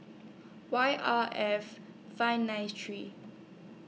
Y R F five nine three